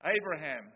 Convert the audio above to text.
Abraham